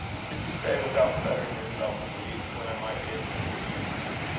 could you say, without fettering yourself in the least, when i might be able to see you again?